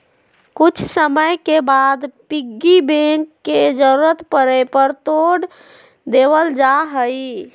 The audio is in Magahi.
कुछ समय के बाद पिग्गी बैंक के जरूरत पड़े पर तोड देवल जाहई